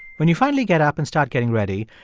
when you finally get up and start getting ready,